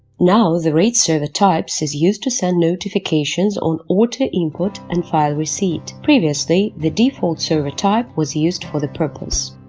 now the rates server type is used to send notifications on auto import and file receipt. previously the default server type was used for the purpose.